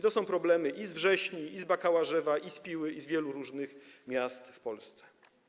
To są problemy i z Wrześni, i z Bakałarzewa, i z Piły, i z wielu różnych miast z Polsce.